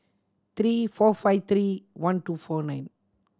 three four five three one two four nine